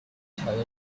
tell